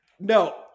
No